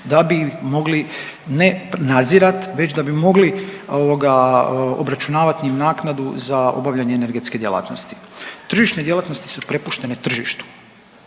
da bi ih mogli ne nadzirati već da bi mogli ovoga obračunavati im naknadu za obavljanje energetske djelatnosti. Tržišne djelatnosti su prepuštene tržištu.